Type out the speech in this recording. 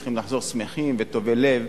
הם צריכים לחזור שמחים וטובי לב,